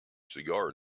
cigar